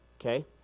okay